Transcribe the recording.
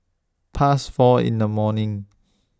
Past four in The morning